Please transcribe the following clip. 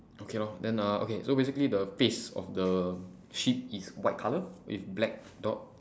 okay lor then uh okay so basically the face of the sheep is white colour with black dot